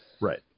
Right